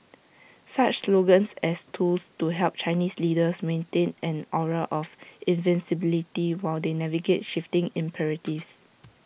such slogans as tools to help Chinese leaders maintain an aura of invincibility while they navigate shifting imperatives